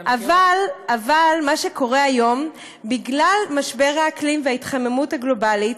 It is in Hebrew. אבל מה שקורה היום הוא שבגלל משבר האקלים וההתחממות הגלובלית,